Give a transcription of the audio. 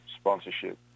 sponsorship